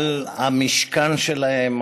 על המשכן שלהם,